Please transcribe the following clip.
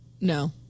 No